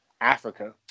Africa